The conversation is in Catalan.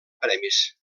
premis